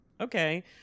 okay